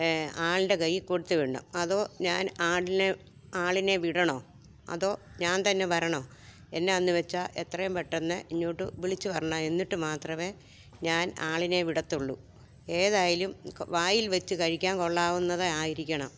ആളുടെ കയ്യില് കൊടുത്തുവിടണം അതോ ഞാൻ ആളിനെ ആളിനെ വിടണോ അതോ ഞാൻ തന്നെ വരണോ എന്നാന്നു വച്ചാല് എത്രയും പെട്ടെന്ന് ഇങ്ങോട്ട് വിളിച്ചുപറഞ്ഞാല് മതി എന്നിട്ടു മാത്രമേ ഞാൻ ആളിനെ വിടത്തുള്ളൂ ഏതായാലും വായിൽ വച്ച് കഴിക്കാൻ കൊള്ളാവുന്നതായിരിക്കണം